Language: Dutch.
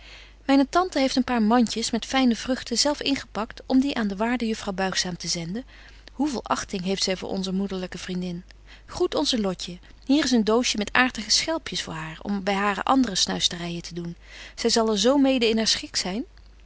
myne tante heeft een paar mandjes met fyne vruchten zelf ingepakt om die aan de waarde juffrouw buigzaam te zenden hoe veel achting heeft zy voor onze moederlyke vriendin groet onze lotje hier is een doosje met aartige schelpjes voor haar om by hare andere snuisteryen te doen zy zal er z mede in haar schik zyn